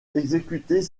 exécutait